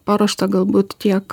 paruošta galbūt tiek